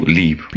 leave